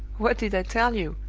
what did i tell you?